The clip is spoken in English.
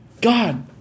God